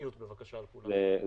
זה